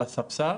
לספסר.